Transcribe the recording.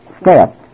step